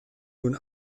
nun